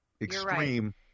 extreme